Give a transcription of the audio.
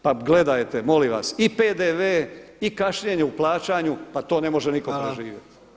Pa gledajte molim vas i PDV i kašnjenje u plaćanju pa to ne može niko preživiti.